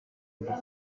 dukura